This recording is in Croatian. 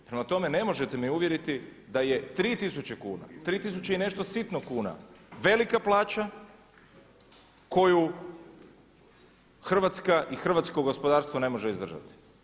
Prema tome, ne možete me uvjeriti da je 3000 kuna, 3000 i nešto sitno kuna velika plaća koju Hrvatska i hrvatsko gospodarstvo ne može izdržati.